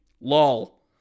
Lol